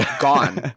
gone